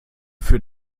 für